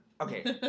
Okay